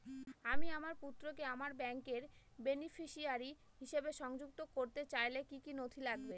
আমি আমার পুত্রকে আমার ব্যাংকের বেনিফিসিয়ারি হিসেবে সংযুক্ত করতে চাইলে কি কী নথি লাগবে?